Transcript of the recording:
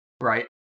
right